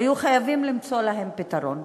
היו חייבים למצוא להם פתרון.